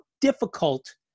difficult